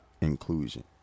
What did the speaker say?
inclusion